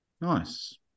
nice